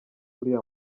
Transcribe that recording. uriya